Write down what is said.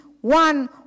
one